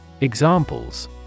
Examples